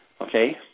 okay